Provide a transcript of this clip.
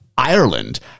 Ireland